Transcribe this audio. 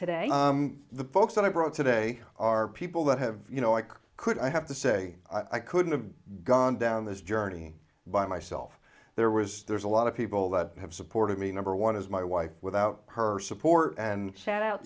today the folks that i brought today are people that have you know i could i have to say i couldn't have gone down this journey by myself there was there's a lot of people that have supported me number one as my wife without her support and sat out